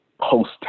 Post